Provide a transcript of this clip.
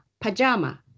pajama